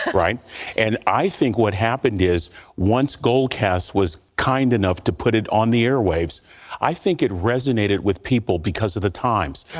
and i think what happened is once goal cast was kind enough to put it on the air waves i think it resinated with people because of the times.